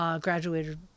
Graduated